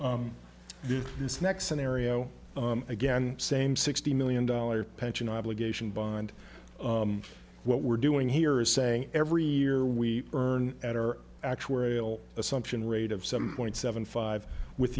you this next scenario again same sixty million dollar pension obligation bond what we're doing here is saying every year we earn at our actuarial assumption rate of seven point seven five with